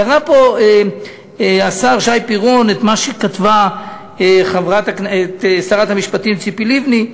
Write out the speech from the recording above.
קרא פה השר שי פירון את מה שכתבה שרת המשפטים ציפי לבני,